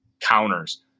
counters